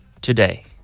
today